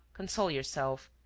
console yourself.